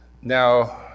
Now